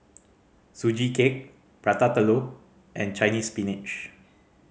Sugee Cake Prata Telur and Chinese Spinach